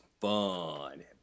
fun